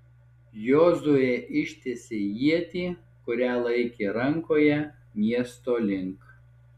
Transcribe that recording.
jozuė ištiesė ietį kurią laikė rankoje miesto link